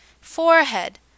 Forehead